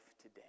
today